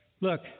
look